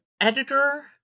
editor